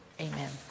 amen